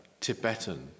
Tibetan